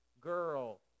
girl